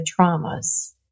traumas